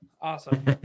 Awesome